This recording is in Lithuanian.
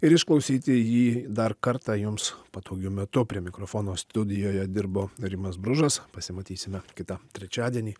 ir išklausyti jį dar kartą jums patogiu metu o prie mikrofono studijoje dirbo rimas bružas pasimatysime kitą trečiadienį